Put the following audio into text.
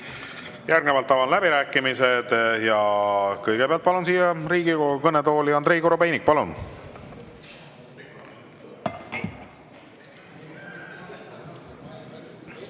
Järgnevalt avan läbirääkimised ja kõigepealt palun siia Riigikogu kõnetooli Andrei Korobeiniku. Palun!